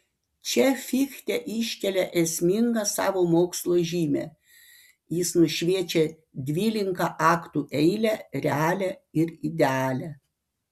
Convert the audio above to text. čia fichte iškelia esmingą savo mokslo žymę jis nušviečia dvilinką aktų eilę realią ir idealią